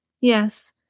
Yes